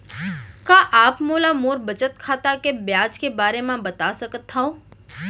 का आप मोला मोर बचत खाता के ब्याज के बारे म बता सकता हव?